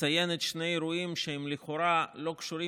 מציינת שני אירועים שהם לכאורה לא קשורים